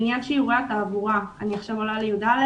בעניין שיעורי התעבורה אני עולה עכשיו לי"א,